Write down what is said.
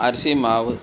அரிசி மாவு